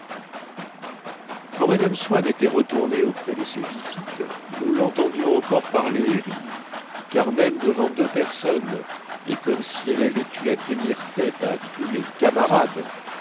mme swann était retournée auprès de ses visites nous l'entendions encore parler et rire car même devant deux personnes et comme si elle avait eu à tenir tête à tous les camarades